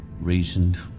reasoned